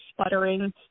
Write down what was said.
sputtering